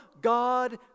God